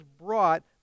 brought